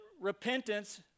repentance